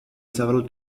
several